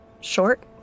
short